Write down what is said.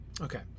Okay